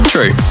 True